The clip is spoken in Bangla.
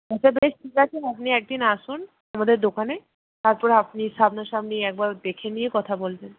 আচ্ছা বেশ ঠিক আছে আপনি একদিন আসুন আমাদের দোকানে তারপর আপনি সামনাসামনি একবার দেখে নিয়ে কথা বলবেন